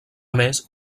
més